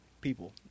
people